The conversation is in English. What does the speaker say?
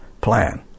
plan